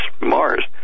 Mars